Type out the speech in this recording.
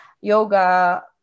yoga